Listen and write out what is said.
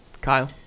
Kyle